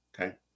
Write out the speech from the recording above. Okay